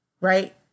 right